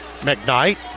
McKnight